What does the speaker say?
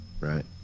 right